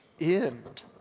end